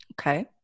Okay